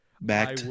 Back